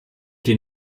den